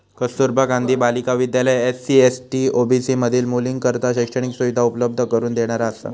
कस्तुरबा गांधी बालिका विद्यालय SC, ST, OBC मधील मुलींकरता शैक्षणिक सुविधा उपलब्ध करून देणारा असा